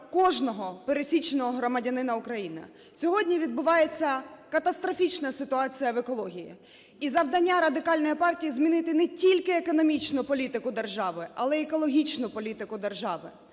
кожного пересічного громадянина України. Сьогодні відбувається катастрофічна ситуація в екології, і завдання Радикальної партії - змінити не тільки економічну політику держави, але екологічну політику держави.